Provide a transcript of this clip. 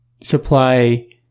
supply